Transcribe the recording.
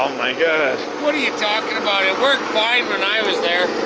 um my god. what are you talking about? it worked fine when i was there.